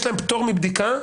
יש להם פטור מבדיקה,